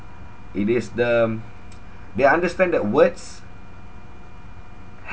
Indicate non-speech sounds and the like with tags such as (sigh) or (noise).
it is the um (noise) they understand that words